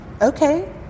okay